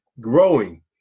growing